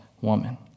woman